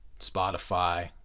Spotify